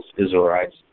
Israelites